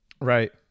Right